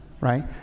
right